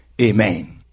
amen